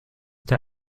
der